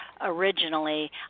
originally